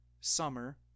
summer